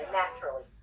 naturally